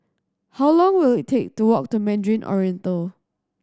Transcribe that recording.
how long will it take to walk to Mandarin Oriental